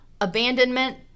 abandonment